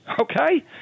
Okay